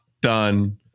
done